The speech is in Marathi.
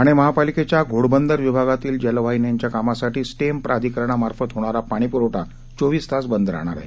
ठाणे महापालिकेच्या घोडबंदर विभागातील जलवाहिन्याच्या कामासाठी स्टेम प्राधिकरणामार्फत होणारा पाणीप्रवठा चोवीस तास बंद राहणार आहे